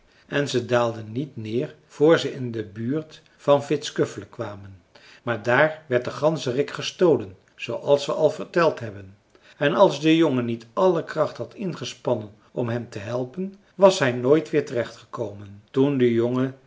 en ze daalden niet neer voor ze in de buurt van vittskövle kwamen maar daar werd de ganzerik gestolen zooals we al verteld hebben en als de jongen niet alle kracht had ingespannen om hem te helpen was hij nooit weer terecht gekomen toen de jongen